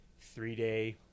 three-day